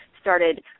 started